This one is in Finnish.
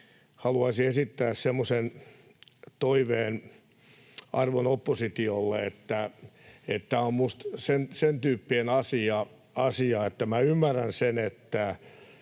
haluaisin esittää semmoisen toiveen arvon oppositiolle, että tämä on minusta sentyyppinen asia, vaikka ymmärrän sen, että